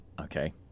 Okay